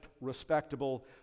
respectable